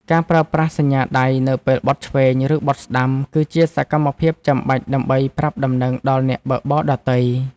ការប្រើប្រាស់សញ្ញាដៃនៅពេលបត់ឆ្វេង ឬបត់ស្ដាំ គឺជាសកម្មភាពចាំបាច់ដើម្បីប្រាប់ដំណឹងដល់អ្នកបើកបរដទៃ។